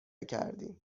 کردیم